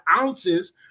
ounces